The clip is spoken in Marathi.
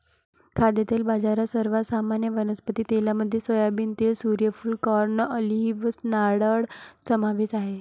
खाद्यतेल बाजारात, सर्वात सामान्य वनस्पती तेलांमध्ये सोयाबीन तेल, सूर्यफूल, कॉर्न, ऑलिव्ह, नारळ समावेश आहे